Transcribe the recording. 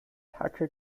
hacke